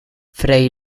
fray